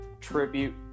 tribute